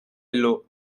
below